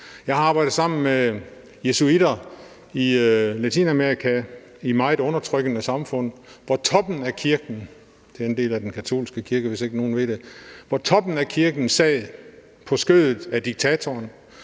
Jeg har arbejdet sammen med jesuitter i Latinamerika i meget undertrykkende samfund, hvor toppen af kirken – det er en del af den